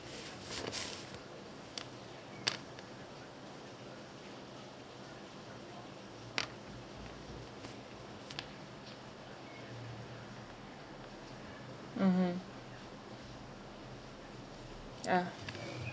mmhmm ah